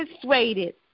persuaded